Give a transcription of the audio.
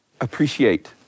appreciate